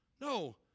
No